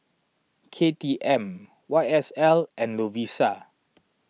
K T M Y S L and Lovisa